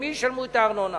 ממי ישלמו את הארנונה?